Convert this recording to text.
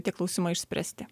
tie klausimai išspręsti